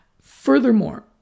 Furthermore